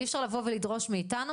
אי אפשר לבוא ולדרוש מאיתנו.